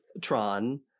Tron